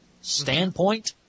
standpoint